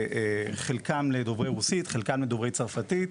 חלקם לדוברי רוסית, חלקם לדוברי צרפתית,